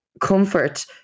comfort